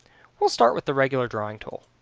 we'll start with the regular drawing tool.